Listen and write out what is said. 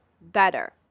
better